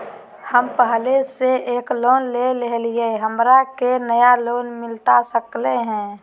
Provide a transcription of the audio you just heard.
हमे पहले से एक लोन लेले हियई, हमरा के नया लोन मिलता सकले हई?